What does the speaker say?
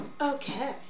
Okay